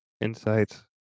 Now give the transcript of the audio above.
insights